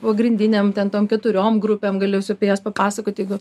pagrindiniam ten tom keturiom grupėm galėsiu apie jas papasakoti jeigu